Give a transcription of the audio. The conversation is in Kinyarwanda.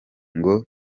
ngo